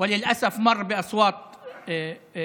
אך לצערנו הוא עבר בקולות ספורים,